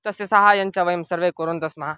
तस्य सहाय्यञ्च वयं सर्वे कुर्वन्तः स्मः